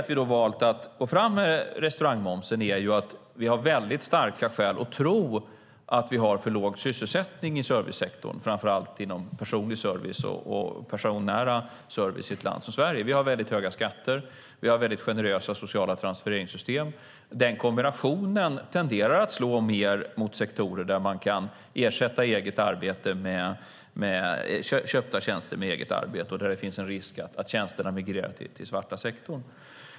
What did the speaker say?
Vi har valt att sänka restaurangmomsen därför att vi har väldigt starka skäl att tro att vi har för låg sysselsättning i servicesektorn, framför allt inom personlig service och personnära service. Vi har väldigt höga skatter och väldigt generösa sociala transfereringssystem. Den kombinationen tenderar att slå mer mot sektorer där man kan ersätta köpta tjänster med eget arbete och där det finns en risk att tjänsterna migrerar till den svarta sektorn.